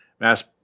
mass